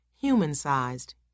human-sized